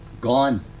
gone